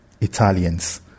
italians